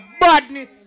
badness